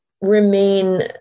remain